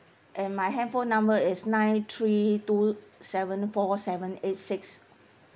and my handphone number is nine three two seven four seven eight six